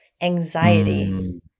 anxiety